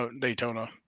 Daytona